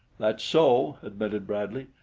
that's so, admitted bradley,